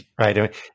right